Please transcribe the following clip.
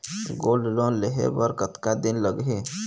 Gold loan लेहे बर कतका दिन लगही?